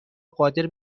قادر